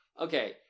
Okay